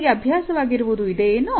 ನಿನಗೆ ಅಭ್ಯಾಸ ವಾಗಿರುವುದು ಇದೆ ಏನು